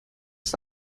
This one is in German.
ist